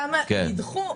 כמה נידחו,